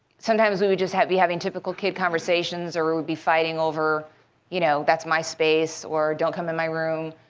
sometimes we would just be having typical kid conversations or we would be fighting over you know that's my space or don't come in my room,